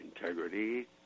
integrity